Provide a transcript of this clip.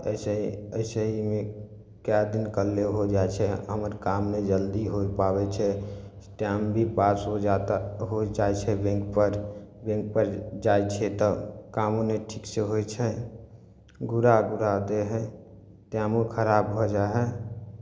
एहि सही एहि सहीमे कए दिन कल्हे हो जाइ छै हमर काम नहि जल्दी हो पाबै छै टाइम भी पास हो जाता हो जाइ छै बैंक पर बैंक पर जाइ छियै तऽ कामो नहि ठीक से होइ छै घुरा घुरा दै हइ टाइमो खराब भऽ जाइ हइ